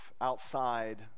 outside